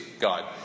God